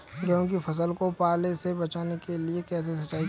गेहूँ की फसल को पाले से बचाने के लिए कैसे सिंचाई करें?